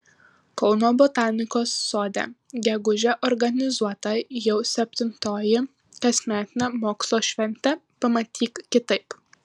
kauno botanikos sode gegužę organizuota jau septintoji kasmetinė mokslo šventė pamatyk kitaip